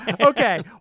Okay